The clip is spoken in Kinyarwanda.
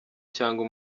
cyangwa